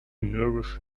nourish